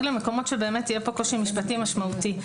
למקומות שבאמת יהיה כאן קושי משפטי משמעותי.